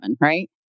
right